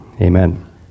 Amen